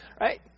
right